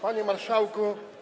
Panie Marszałku!